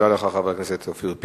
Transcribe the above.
תודה לך, חבר הכנסת אופיר פינס.